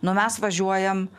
nu mes važiuojam